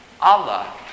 Allah